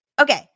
Okay